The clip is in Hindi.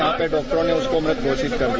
यहां के डॉक्टरों ने उसको मृत घोषित कर दिया